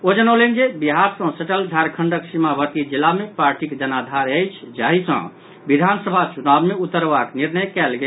ओ जनौलनि जे बिहार सँ सटल झारखंडक सीमावर्ती जिला मे पार्टीक जनाधार अछि जाहि सँ विधानसभा चुनाव मे उतरबाक निर्णय कयल गेल